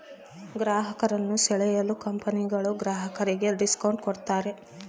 ಗ್ರಾಹಕರನ್ನು ಸೆಳೆಯಲು ಕಂಪನಿಗಳು ಗ್ರಾಹಕರಿಗೆ ಡಿಸ್ಕೌಂಟ್ ಕೂಡತಾರೆ